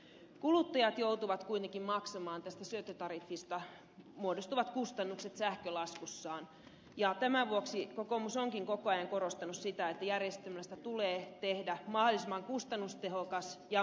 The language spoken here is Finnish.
kuluttajat joutuvat kuitenkin maksamaan tästä syöttötariffista muodostuvat kustannukset sähkölaskussaan ja tämän vuoksi kokoomus onkin koko ajan korostanut sitä että järjestelmästä tulee tehdä mahdollisimman kustannustehokas ja markkinaehtoinen